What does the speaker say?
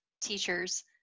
teachers